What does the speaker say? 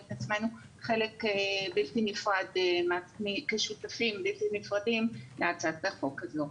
את עצמנו חלק בלתי נפרד כשותפים בלתי נפרדים מהצעת החוק הזו.